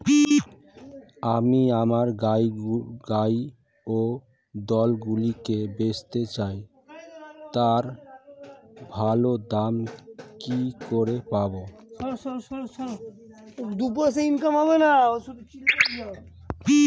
আমি আমার গাই ও বলদগুলিকে বেঁচতে চাই, তার ভালো দাম কি করে পাবো?